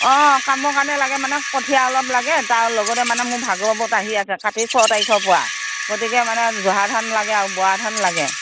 অ কামৰ কাৰণে লাগে মানে কঠীয়া অলপ লাগে তাৰ লগতে মানে মোৰ ভাগৱত আহি আছে কাতিৰ ছয় তাৰিখৰ পৰা গতিকে মানে জহা ধান লাগে আৰু বৰা ধান লাগে